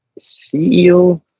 CEO